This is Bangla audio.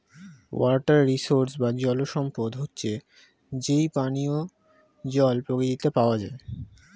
ওয়াটার রিসোর্স বা জল সম্পদ হচ্ছে যেই পানিও জল প্রকৃতিতে পাওয়া যায়